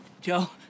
Joe